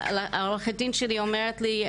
עורכת הדין שלי אומרת לי,